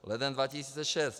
Leden 2006.